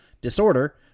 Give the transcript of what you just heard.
disorder